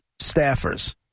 staffers